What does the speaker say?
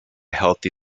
healthy